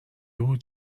بود